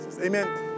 Amen